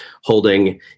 holding